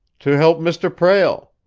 to help mr. prale.